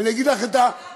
ואני אגיד לך את העיקרון,